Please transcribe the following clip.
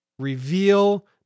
Reveal